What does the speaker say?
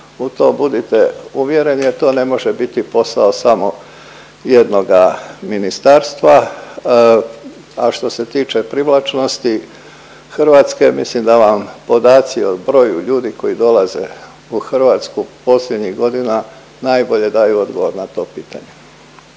u to budite uvjereni jer to ne može biti posao samo jednoga ministarstva. A što se tiče privlačnosti Hrvatske mislim da vam podaci o broju ljudi koji dolaze u Hrvatsku posljednjih godina najbolje daju odgovor na to pitanje.